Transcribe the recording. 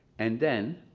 and then,